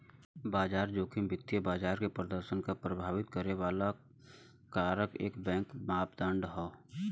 बाजार जोखिम वित्तीय बाजार के प्रदर्शन क प्रभावित करे वाले सब कारक क एक मापदण्ड हौ